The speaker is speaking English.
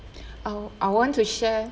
I'll I want to share